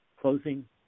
closing